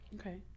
Okay